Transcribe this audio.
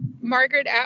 Margaret